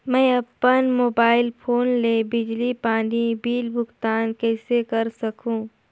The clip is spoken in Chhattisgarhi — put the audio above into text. मैं अपन मोबाइल फोन ले बिजली पानी बिल भुगतान कइसे कर सकहुं?